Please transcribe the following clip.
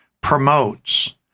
promotes